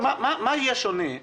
מה יהיה שונה?